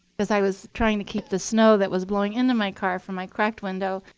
because i was trying to keep the snow that was blowing into my car from my cracked window,